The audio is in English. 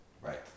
Right